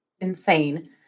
insane